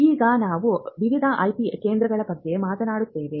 ಈಗ ನಾವು ವಿವಿಧ ಐಪಿ ಕೇಂದ್ರಗಳ ಬಗ್ಗೆ ಮಾತನಾಡುತ್ತೇವೆ